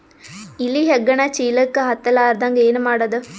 ಇಲಿ ಹೆಗ್ಗಣ ಚೀಲಕ್ಕ ಹತ್ತ ಲಾರದಂಗ ಏನ ಮಾಡದ?